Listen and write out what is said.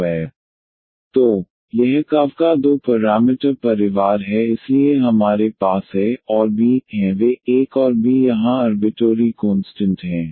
तो यह कर्व का दो पैरामीटर परिवार है इसलिए हमारे पास a और b हैं वे एक और b यहां अर्बिटोरी कोंस्टंट हैं